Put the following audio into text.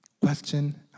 Question